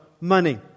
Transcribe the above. money